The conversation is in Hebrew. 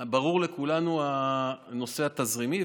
ברור לכולנו הנושא התזרימי.